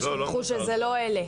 זה לא אלה,